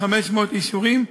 500 אישורים,